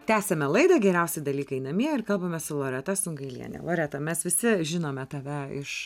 tęsiame laidą geriausi dalykai namie ir kalbame su loreta sungailiene loreta mes visi žinome tave iš